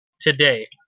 today